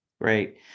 Great